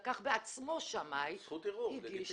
לקח בעצמו שמאי והגיש.